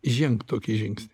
žengt tokį žingsnį